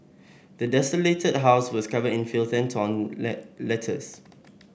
the desolated house was covered in filth and torn letters